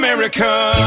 America